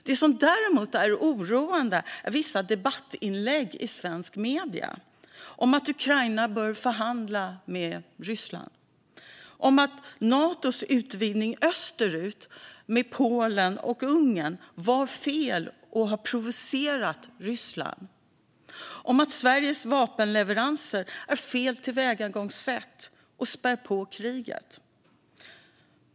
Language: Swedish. Det som däremot är oroande är vissa debattinlägg i svenska medier om att Ukraina bör förhandla med Ryssland, om att Natos utvidgning österut, med Polen och Ungern, var fel och har provocerat Ryssland och om att Sveriges vapenleveranser är fel tillvägagångssätt och spär på kriget.